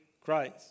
Christ